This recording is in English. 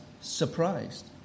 surprised